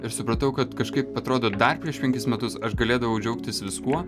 ir supratau kad kažkaip atrodo dar prieš penkis metus aš galėdavau džiaugtis viskuo